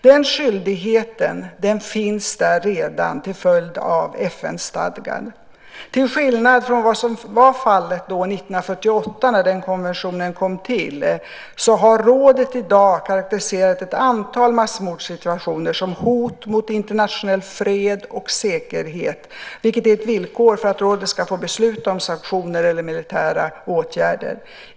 Den skyldigheten finns redan till följd av FN-stadgan. Till skillnad från vad som var fallet 1948, då konventionen kom till, har rådet i dag karakteriserat ett antal massmordssituationer som hot mot internationell fred och säkerhet, vilket är ett villkor för att rådet ska få besluta om sanktioner eller militära åtgärder.